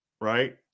right